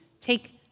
Take